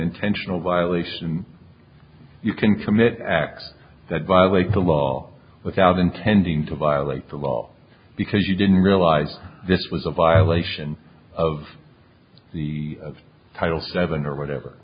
intentional wireless and you can commit acts that violate the law without intending to violate the law because you didn't realize this was a violation of the title seven or whatever